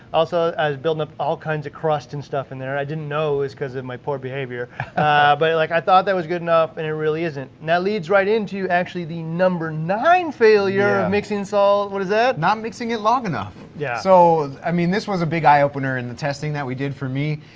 also i was building up all kinds of crust and stuff in there, i didn't know is cause of my poor behavior but i like i thought that was good enough and it really isn't. now leads right into actually the number nine failure of mixing salt, what is it? not mixing it long enough! yeah so, i mean this was a big eye-opener in the testing that we did for me,